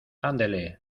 andele